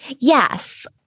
Yes